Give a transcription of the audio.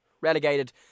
relegated